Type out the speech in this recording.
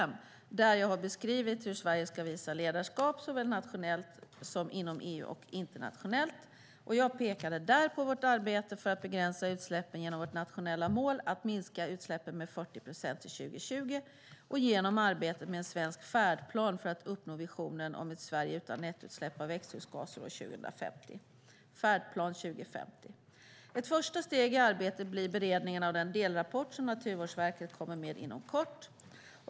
I mitt svar har jag beskrivit hur Sverige ska visa ledarskap såväl nationellt som inom EU och internationellt. Jag pekade där på vårt arbete för att begränsa utsläppen genom vårt nationella mål att minska utsläppen med 40 procent till 2020 och genom arbetet med en svensk färdplan för att uppnå visionen om ett Sverige utan nettoutsläpp av växthusgaser år 2050, Färdplan 2050. Ett första steg i arbetet blir beredningen av den delrapport som Naturvårdsverket kommer med inom kort.